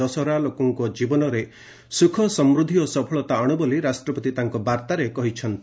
ଦଶହରା ଲୋକଙ୍କ ଜୀବନରେ ଶୁଖସମୃଦ୍ଧି ଓ ସଫଳତା ଆଣୁ ବୋଲି ରାଷ୍ଟ୍ରପତି ତାଙ୍କ ବାର୍ତ୍ତାରେ କହିଛନ୍ତି